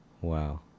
Wow